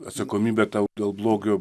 atsakomybę tau dėl blogio